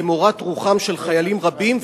למורת רוחם של חיילים רבים,